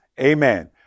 amen